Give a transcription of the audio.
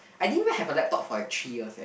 I think I have a laptop for a three years leh